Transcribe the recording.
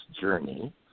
journey